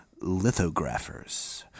lithographers